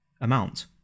amount